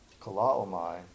Kalaomai